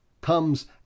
comes